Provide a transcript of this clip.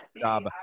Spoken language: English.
job